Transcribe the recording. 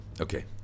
Okay